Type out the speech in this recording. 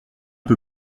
peu